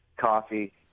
coffee